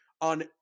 on